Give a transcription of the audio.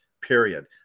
period